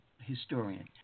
historian